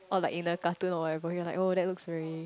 or like in a cartoon or whatever you're like oh that looks very